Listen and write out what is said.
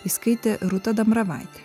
įskaitė rūta dambravaitė